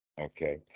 okay